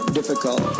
difficult